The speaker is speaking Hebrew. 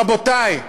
רבותי,